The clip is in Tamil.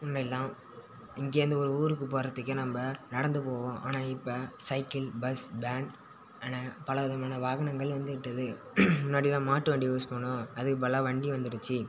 முன்னெல்லாம் இங்கேருந்து ஒரு ஊருக்கு போகிறதுக்கே நம்ம நடந்து போவோம் ஆனால் இப்போ சைக்கிள் பஸ் வேன் என பல விதமான வாகனங்கள் வந்துவிட்டது முன்னாடி நம் மாட்டு வண்டி யூஸ் பண்ணுவோம் அதுக்கு பதிலா வண்டி வந்துடுச்சு